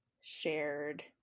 shared